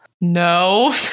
no